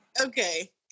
Okay